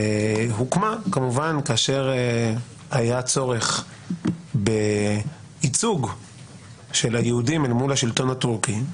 שהוקמה כמובן כאשר היה צורך בייצוג של היהודים אל מול השלטון התורכי,